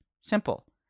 Simple